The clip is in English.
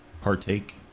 partake